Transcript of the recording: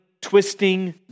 twisting